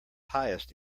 highest